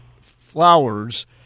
flowers